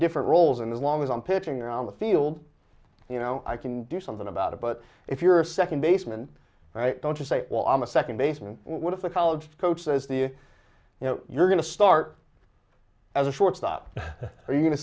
different roles in the long as i'm pitching around the field you know i can do something about it but if you're a second baseman right don't just say well i'm a second baseman what if the college coach says the you know you're going to start as a shortstop are you going to